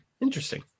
interesting